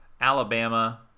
Alabama